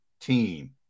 team